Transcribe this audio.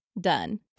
Done